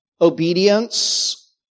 obedience